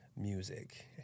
music